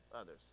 others